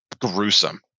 gruesome